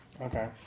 Okay